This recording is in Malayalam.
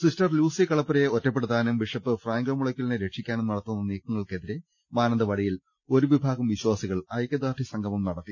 സിസ്റ്റർ ലൂസി കളപ്പുരയെ ഒറ്റപ്പെടുത്താനും ബിഷപ് ഫ്രാങ്കോ മുളയ്ക്കലിനെ രക്ഷിക്കാനും നട്ടക്കുന്ന നീക്ക ങ്ങൾക്കെതിരെ മാനന്തവാടിയിൽ ഒരു വിഭാഗം വിശ്വാസികൾ ഐക്യദാർഢ്യസംഗമം നടത്തി